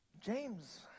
James